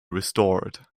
restored